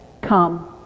come